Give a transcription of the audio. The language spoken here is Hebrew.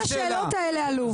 השאלות האלה עלו.